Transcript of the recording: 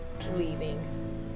leaving